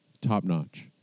top-notch